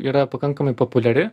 yra pakankamai populiari